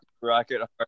Rocket